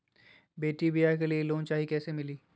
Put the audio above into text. बेटी ब्याह के लिए लोन चाही, कैसे मिली?